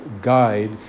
guide